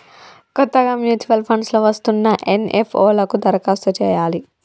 కొత్తగా mutual funds లో వస్తున్న ఎన్.ఎఫ్.ఓ లకు దరఖాస్తు చేయాలి